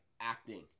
acting